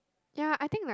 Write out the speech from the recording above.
ya I think like